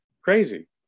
crazy